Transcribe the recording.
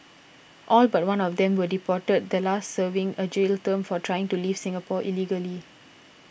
all but one of them were deported the last serving a jail term for trying to leave Singapore illegally